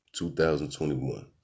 2021